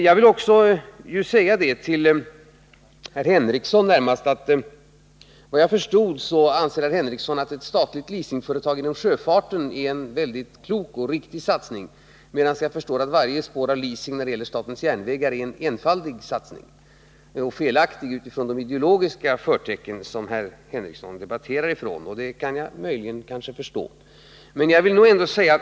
Jag vill också närmast till herr Henricsson säga att såvitt jag förstår anser herr Henricsson att ett statligt leasingföretag inom sjöfarten är en mycket klok och riktig satsning, medan varje spår av leasing när det gäller statens järnvägar är en enfaldig och felaktig satsning. Det kan jag möjligen förstå med tanke på de ideologiska förtecken utifrån vilka herr Henricsson debatterar.